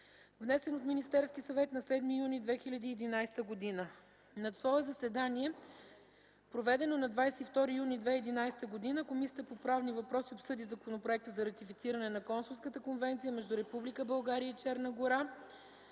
внесен от Министерски съвет на 7 юни 2011 г. На свое заседание, проведено на 22 юни 2011 г., Комисията по правни въпроси обсъди Законопроект за ратифициране на Консулската конвенция между Република България и Черна гора,